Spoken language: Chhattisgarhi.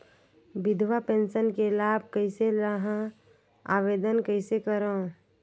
विधवा पेंशन के लाभ कइसे लहां? आवेदन कइसे करव?